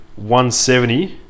170